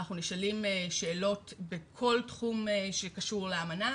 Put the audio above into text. אנחנו נשאלים שאלות בכל תחום שקשור לאמנה